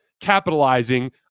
capitalizing